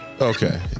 Okay